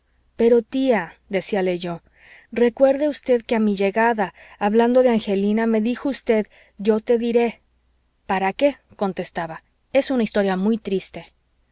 pero tía decíale yo recuerde usted que a mi llegada hablando de angelina me dijo usted yo te diré para qué contestaba es una historia muy triste